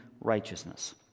righteousness